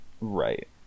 Right